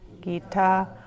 Gita